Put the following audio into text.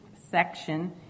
section